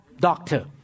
Doctor